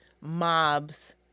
mobs